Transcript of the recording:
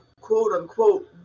quote-unquote